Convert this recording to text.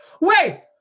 wait